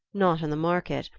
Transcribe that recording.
not in the market,